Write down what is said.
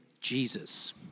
Jesus